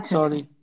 Sorry